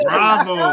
Bravo